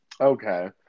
Okay